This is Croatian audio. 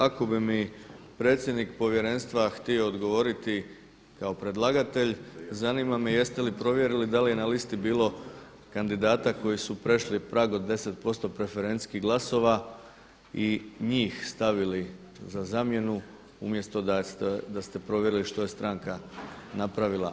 Ako bi mi predsjednik povjerenstva htio odgovoriti kao predlagatelj zanima me jeste li provjerili da li je na listi bilo kandidata koji su prešli prag od 10% preferencijskih glasova i njih stavili za zamjenu umjesto da ste provjerili što je stranka napravila.